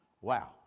Wow